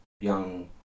young